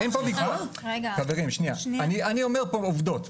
אני אומר פה עובדות.